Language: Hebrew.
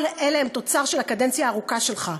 כל אלה הם תוצר של הקדנציה הארוכה שלך,